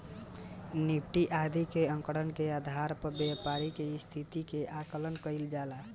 Nifty आदि के आंकड़न के आधार पर व्यापारि के स्थिति के आकलन कईल जाला